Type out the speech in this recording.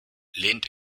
lehnt